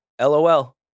LOL